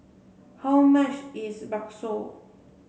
how much is Bakso